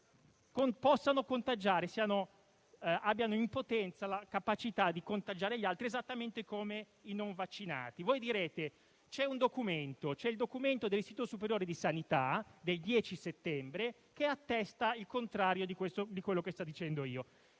possano contagiare e abbiano, in potenza, la capacità di contagiare gli altri, esattamente come i non vaccinati. Potreste rispondere, colleghi, che c'è il documento dell'Istituto superiore di sanità del 10 settembre, che attesta il contrario di quanto sto dicendo.